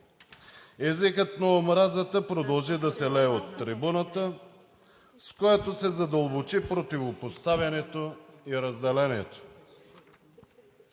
Езикът на омразата продължи да се лее от трибуната, с което се задълбочи противопоставянето и разделението.